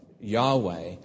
Yahweh